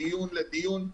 מדיון לדיון,